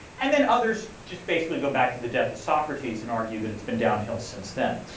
and then others just basically go back to the death of socrates and argue that it's been downhill since then.